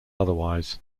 otherwise